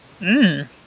Mmm